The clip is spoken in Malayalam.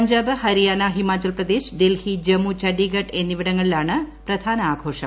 പഞ്ചാബ് ഹരിയാന ഹിമാചൽപ്രദേശ് ഡൽഹി ജമ്മു ചണ്ഡിഗഢ് എന്നിവിടങ്ങളിലാണ് പ്രധാന ആഘോഷം